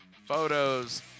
Photos